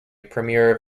premier